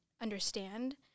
understand